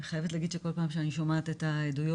אני חייבת להגיד שכל פעם שאני שומעת את העדויות.